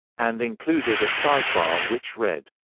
and included a sidebar which read,